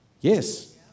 Yes